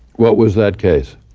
what was that case?